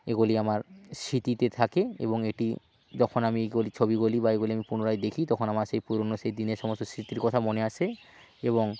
এগুলি আমার স্মৃতিতে থাকে এবং এটি যখন আমি এগুলি ছবিগুলি বা এগুলি আমি পুনরায় দেখি তখন আমার সেই পুরনো সেই দিনের সমস্ত স্মৃতির কথা মনে আসে এবং